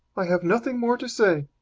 i have nothing more to say.